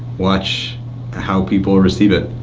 watch how people receive it,